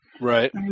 right